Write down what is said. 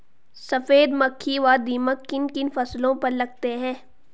सफेद मक्खी व दीमक किन किन फसलों पर लगते हैं?